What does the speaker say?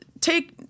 take